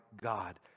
God